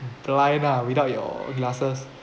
blind ah without your glasses